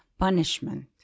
punishment